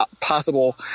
possible